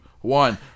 one